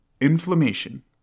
inflammation